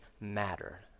matter